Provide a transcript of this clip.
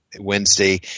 Wednesday